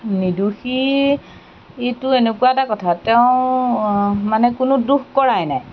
নিৰ্দোষীটো এনেকুৱা এটা কথা তেওঁৰ মানে কোনো দোষ কৰাই নাই